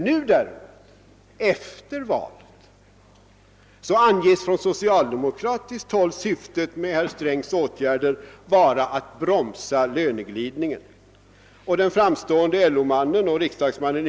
Nu däremot — efter valet — anges från socialdemokratiskt håll syftet med herr Strängs åtgärder vara att bromsa löneglidningen och den framstående LO mannen, och riksdagsmannen.